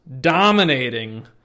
Dominating